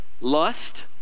lust